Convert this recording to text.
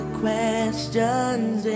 questions